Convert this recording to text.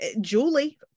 Julie